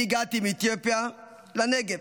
אני הגעתי מאתיופיה לנגב.